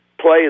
play